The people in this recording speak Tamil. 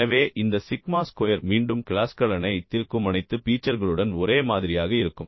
எனவே இந்த சிக்மா ஸ்கொயர் மீண்டும் கிளாஸ்கள் அனைத்திற்கும் அனைத்து பீச்சர்களுடன் ஒரே மாதிரியாக இருக்கும்